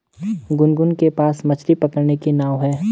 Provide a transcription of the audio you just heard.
गुनगुन के पास मछ्ली पकड़ने की नाव है